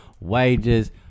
wages